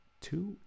two